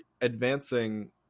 advancing